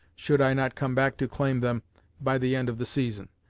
should i not come back to claim them by the end of the season.